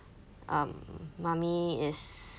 um mummy is